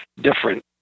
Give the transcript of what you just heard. different